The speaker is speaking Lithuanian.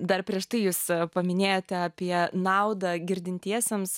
dar prieš tai jūs paminėjote apie naudą girdintiesiems